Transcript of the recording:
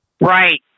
Right